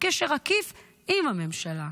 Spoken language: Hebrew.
בקשר עקיף עם הממשלה.